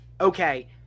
okay